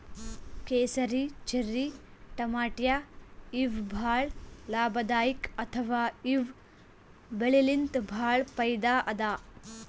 ಕೇಸರಿ, ಚೆರ್ರಿ ಟಮಾಟ್ಯಾ ಇವ್ ಭಾಳ್ ಲಾಭದಾಯಿಕ್ ಅಥವಾ ಇವ್ ಬೆಳಿಲಿನ್ತ್ ಭಾಳ್ ಫೈದಾ ಅದಾ